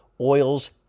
oils